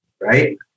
right